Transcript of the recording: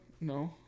No